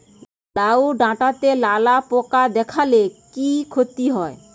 লাউ ডাটাতে লালা পোকা দেখালে কি ক্ষতি হয়?